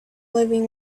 living